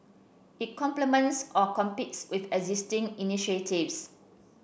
it complements or competes with existing initiatives